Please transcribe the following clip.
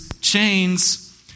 chains